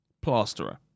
Plasterer